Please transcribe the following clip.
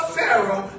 Pharaoh